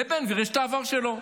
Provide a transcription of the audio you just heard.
לבן גביר יש את העבר שלו.